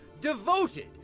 devoted